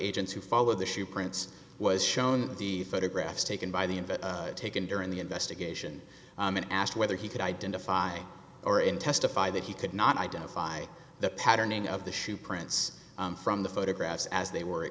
agents who followed the shoe prints was shown the photographs taken by the inventor taken during the investigation and asked whether he could identify or in testify that he could not identify the patterning of the shoe prints from the photographs as they were